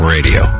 Radio